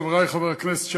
חברי חברי הכנסת,